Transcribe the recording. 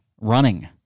running